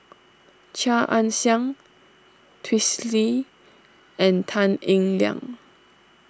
Chia Ann Siang Twisstii and Tan Eng Liang